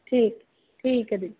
ਠੀਕ ਠੀਕ ਹੈ ਦੀਦੀ